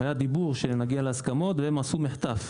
היה דיבור שנגיע להסכמות והם עשו מחטף,